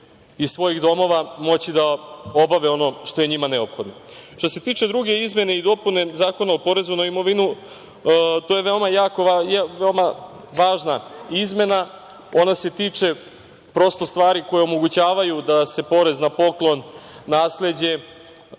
iz svojih domova moći da obave ono što je njima neophodno. Što se tiče druge izmene i dopune Zakona o porezu na imovinu to je veoma važna izmena. Ona se tiče prosto stvari koje omogućavaju da se porez na poklon, nasleđe